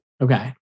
Okay